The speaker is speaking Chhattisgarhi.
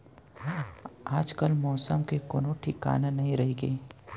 आजकाल मौसम के कोनों ठिकाना नइ रइगे